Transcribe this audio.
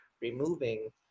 removing